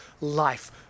life